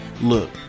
look